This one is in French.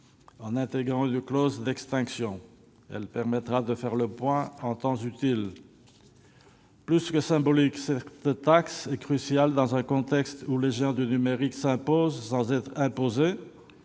en intégrant une clause d'extinction. Celle-ci permettra de faire le point en temps utile. Plus que symbolique, cette taxe est cruciale dans un contexte où les géants du numérique s'imposent sans être imposés,